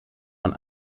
von